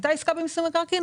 הייתה עסקה במיסוי מקרקעין,